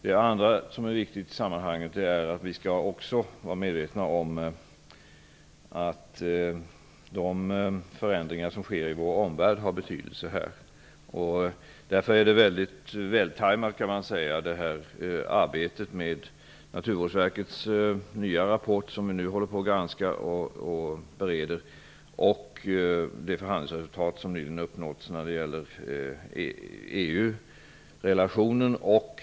Det är också viktigt i sammanhanget att vara medveten om att de förändringar som sker i vår omvärld har betydelse. Därför kan man säga att arbetet med Naturvårdsverkets nya rapport som vi nu granskar och bereder och det förhandlingsresultat som nyligen uppnåtts när det gäller EU-relationen är väldigt vältajmade.